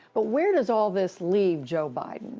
but where does all this leave joe biden